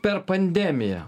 per pandemiją